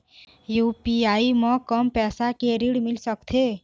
UPI म कम पैसा के ऋण मिल सकथे?